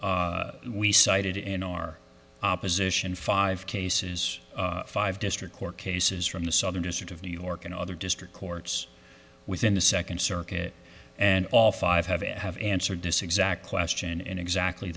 we cited in our opposition five cases five district court cases from the southern district of new york and other district courts within the second circuit and all five have have answered this exact question in exactly